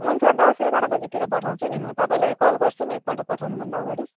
हुन्छ दस एघार बजेतिर पठाउँछु नि म तपाईँलाई कल गर्छु नि एकपल्ट पठाउनु भन्दा अगाडि